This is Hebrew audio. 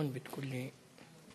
חבר הכנסת בן